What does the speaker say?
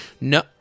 No